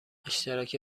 اشتراک